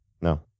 No